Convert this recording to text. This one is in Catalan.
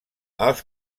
els